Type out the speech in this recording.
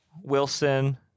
Wilson